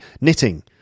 Knitting